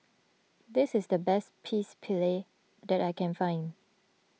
this is the best Pecel Lele that I can find